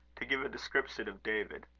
to give a description of david.